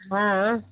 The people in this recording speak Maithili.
हँ